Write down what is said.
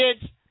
kids